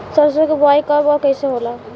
सरसो के बोआई कब और कैसे होला?